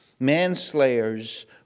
manslayers